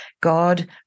God